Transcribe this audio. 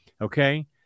okay